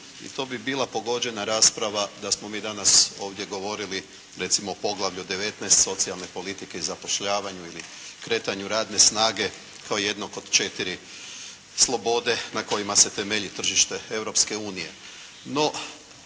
i to bi bila pogođena rasprava da smo mi danas ovdje govorili recimo o poglavlju 19. socijalne politike, zapošljavanju i kretanju radne snage kao jednog od 4 slobode na kojima se temelji tržište Europske unije.